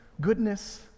goodness